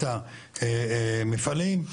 את המפעלים,